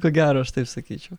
ko gero aš taip sakyčiau